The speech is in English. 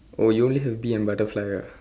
oh you only have bee and butterfly ah